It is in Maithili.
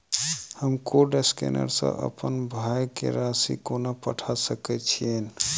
हम कोड स्कैनर सँ अप्पन भाय केँ राशि कोना पठा सकैत छियैन?